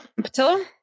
Patillo